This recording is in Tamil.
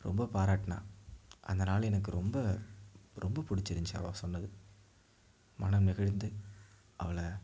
ரொம்ப பாராட்டினா அதனால் எனக்கு ரொம்ப ரொம்ப பிடிச்சிருந்துச்சு அவள் சொன்னது மனம் நெகிழ்ந்து அவளை